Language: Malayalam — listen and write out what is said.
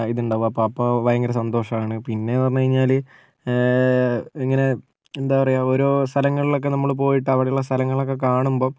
ഇതുണ്ടാകും അപ്പോൾ അപ്പോൾ ഭയങ്കര സന്തോഷമാണ് പിന്നെന്ന് പറഞ്ഞു കഴിഞ്ഞാൽ ഇങ്ങനെ എന്താ പറയാ ഓരോ സ്ഥലങ്ങളിലൊക്കെ നമ്മൾ പോയിട്ട് അവിടെയുള്ള സ്ഥലങ്ങളൊക്കെ കാണുമ്പം